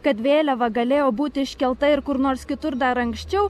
kad vėliava galėjo būt iškelta ir kur nors kitur dar anksčiau